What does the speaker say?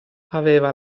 aveva